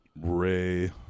Ray